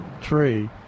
tree